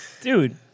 Dude